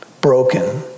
broken